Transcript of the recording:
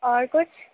اور کچھ